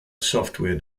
software